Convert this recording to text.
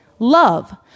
Love